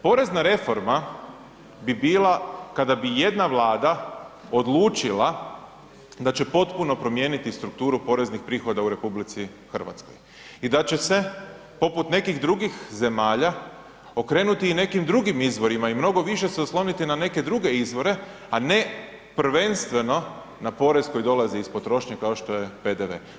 Porezna reforma bi bila kada bi jedna Vlada odlučila da će potpuno promijeniti strukturu poreznih prihoda u RH i da će se poput nekih drugih zemalja okrenuti i nekim drugim izvorima i mnogo više se osloniti na neke druge izvore a ne prvenstveno na porez koji dolazi iz potrošnje kao što je PDV.